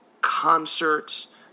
concerts